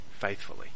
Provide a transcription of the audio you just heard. faithfully